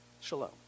shalom